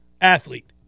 athlete